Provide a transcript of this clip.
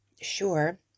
sure